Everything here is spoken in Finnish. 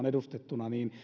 edustettuina